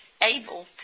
able